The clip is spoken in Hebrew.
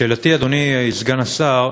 שאלתי, אדוני סגן השר,